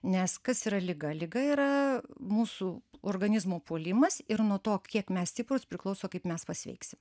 nes kas yra liga liga yra mūsų organizmo puolimas ir nuo to kiek mes stiprūs priklauso kaip mes pasveiksim